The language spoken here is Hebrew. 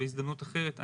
בהזדמנות אחרת.